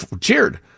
Cheered